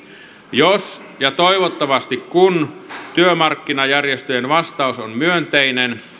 jos ja toivottavasti kun työmarkkinajärjestöjen vastaus on myönteinen